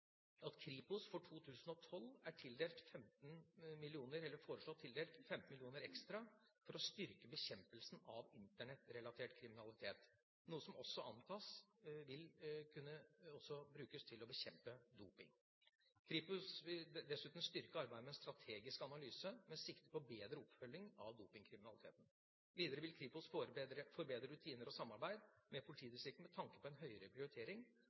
at Kripos for 2012 er foreslått tildelt 15 mill. kr ekstra for å styrke bekjempelsen av internettrelatert kriminalitet, noe som også antas vil kunne brukes til å bekjempe doping. Kripos vil dessuten styrke arbeidet med strategisk analyse med sikte på bedre oppfølging av dopingkriminaliteten. Videre vil Kripos forbedre rutiner og samarbeid med politidistriktene med tanke på en høyere prioritering